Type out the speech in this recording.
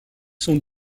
sont